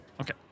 Okay